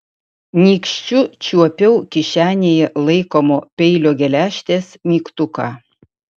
nykščiu čiuopiau kišenėje laikomo peilio geležtės mygtuką